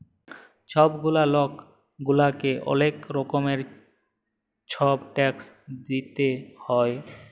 ছব গুলা লক গুলাকে অলেক রকমের ছব ট্যাক্স দিইতে হ্যয়